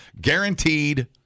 Guaranteed